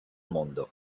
mundo